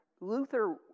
Luther